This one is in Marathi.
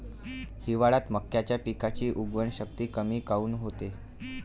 हिवाळ्यात मक्याच्या पिकाची उगवन शक्ती कमी काऊन होते?